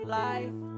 life